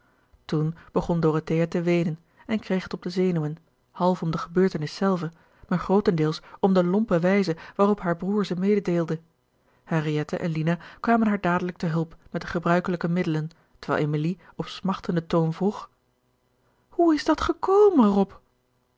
toen begon dorothea te weenen en kreeg het op de zenuwen half om de gebeurtenis zelve maar grootendeels om de lompe wijze waarop haar broer ze mededeelde henriette en lina kwamen haar dadelijk te hulp met de gegerard keller het testament van mevrouw de tonnette bruikelijke middelen terwijl emilie op smachtenden toon vroeg hoe is dat gekomen